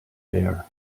bare